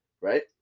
right